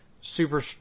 super